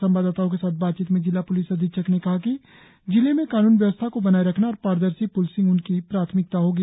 संवाददाताओं के साथ बातचीत में जिला प्लिस अधीक्षक ने कहा कि जिले में कानून व्यवस्था को बनाए रखना और पारदर्शी प्लिसिंग उनकी प्राथमिकता होगी